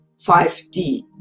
5D